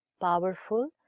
powerful